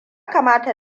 kamata